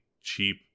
cheap